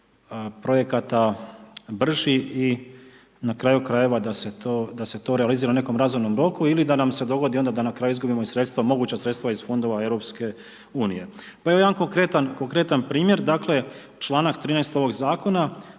projekata, brži i na kraju krajeva da se to, da se to realizira u nekom razumnom roku, ili da nam se dogodi onda da na kraju izgubimo i sredstva, moguća sredstva iz Fondova Europske unije. Pa evo jedan konkretan primjer, dakle članak 13., ovog Zakona.